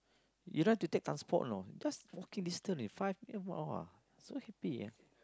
you don't have to take transport you know just walking distance eh five minute !wah! so happy